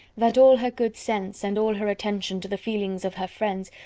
that all her good sense, and all her attention to the feelings of her friends,